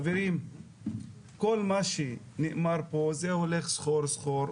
חברים, כל מה שנאמר פה, זה הולך סחור-סחור.